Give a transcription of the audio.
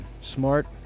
smart